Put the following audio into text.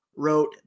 wrote